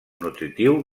nutritiu